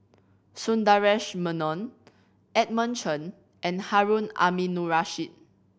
Sundaresh Menon Edmund Chen and Harun Aminurrashid